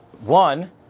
one